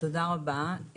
תודה רבה.